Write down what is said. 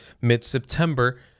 mid-September